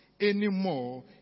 anymore